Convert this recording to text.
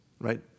right